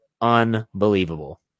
unbelievable